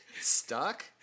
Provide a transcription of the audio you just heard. Stuck